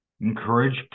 encourage